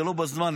זה לא בזמן,